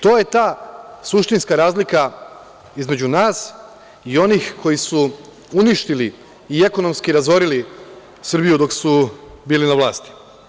To je ta suštinska razlika između nas i onih koji su uništili i ekonomski razorili Srbiju dok su bili na vlasti.